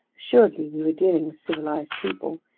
assuredly, we were dealing with civilized people,